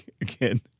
again